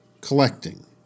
collecting